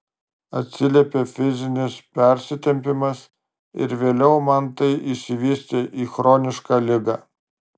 atsiliepė fizinis persitempimas ir vėliau man tai išsivystė į chronišką ligą